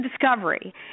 discovery